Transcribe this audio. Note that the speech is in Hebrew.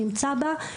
נמצא בה.